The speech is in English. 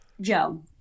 Joe